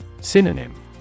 Synonym